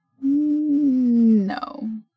No